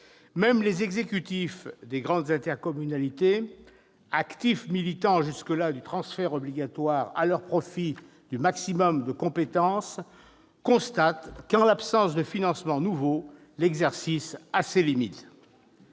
Même les exécutifs des grandes intercommunalités, actifs militants jusque-là du transfert obligatoire à leur profit du maximum de compétences, constatent qu'en l'absence de financements nouveaux l'exercice a ses limites.